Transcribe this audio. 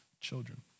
children